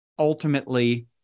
Ultimately